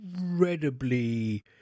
incredibly